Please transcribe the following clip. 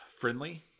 friendly